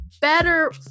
better